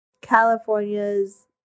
california's